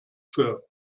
fur